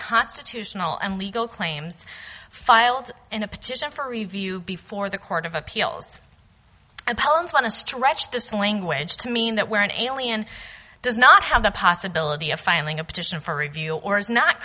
constitutional and legal claims filed in a petition for review before the court of appeals and poems want to stretch this language to mean that where an alien does not have the possibility of filing a petition for review or